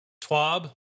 twab